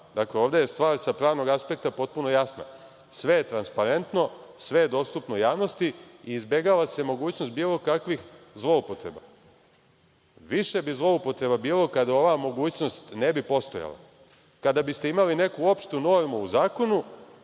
Dakle, ovde je stvar sa pravnog aspekta potpuno jasna. Sve je transparentno, sve je dostupno javnosti i izbegava se mogućnost bilo kakvih zloupotreba. Više bi zloupotreba bilo kada ova mogućnost ne bi postojala, kada biste imali neku opštu normu u zakonu,